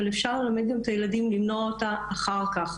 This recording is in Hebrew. אבל אפשר גם ללמד את הילדים למנוע אותה אחר כך,